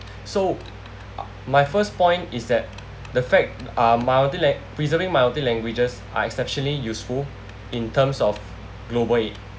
so my first point is that the fact are minority lang~ preserving minority languages are exceptionally useful in terms of global it